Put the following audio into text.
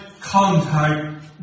contact